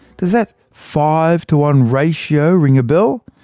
does that five to one ratio ring a bell?